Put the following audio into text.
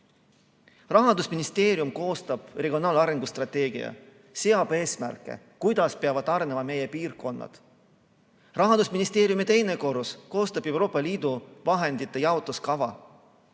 Rahandusministeerium koostab regionaalarengu strateegia ja seab eesmärke, kuidas peavad arenema meie piirkonnad. Rahandusministeeriumi teine korrus koostab Euroopa Liidu vahendite jaotuskava.